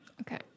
okay